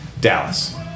Dallas